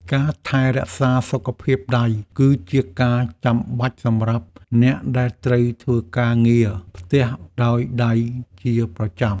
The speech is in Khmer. ការថែរក្សាសុខភាពដៃ គឺជាការចាំបាច់សម្រាប់អ្នកដែលត្រូវធ្វើការងារផ្ទះដោយដៃជាប្រចាំ។